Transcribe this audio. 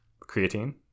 Creatine